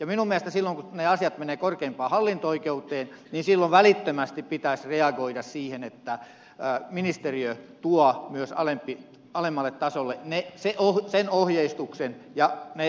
minun mielestäni silloin kun asiat menevät korkeimpaan hallinto oikeuteen välittömästi pitäisi reagoida siihen että ministeriö tuo myös alemmalle tasolle ohjeistuksen ja lainsäädäntökorjaukset